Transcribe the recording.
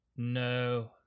No